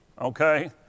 Okay